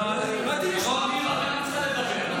גם שרון ניר צריכה לדבר.